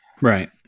Right